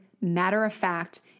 matter-of-fact